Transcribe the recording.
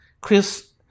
Chris